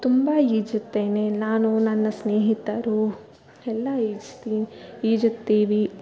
ತುಂಬ ಈಜುತ್ತೇನೆ ನಾನು ನನ್ನ ಸ್ನೇಹಿತರು ಎಲ್ಲಾ ಈಜ್ತಿ ಈಜುತ್ತೀವಿ